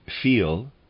feel